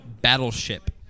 Battleship